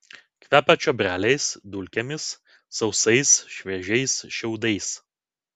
kvepia čiobreliais dulkėmis sausais šviežiais šiaudais